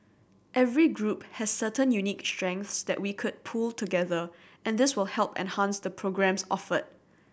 every group has certain unique strengths that we could pool together and this will help enhance the programmes offered